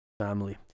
family